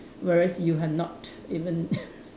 whereas you have not even